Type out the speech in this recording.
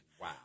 Wow